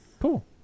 cool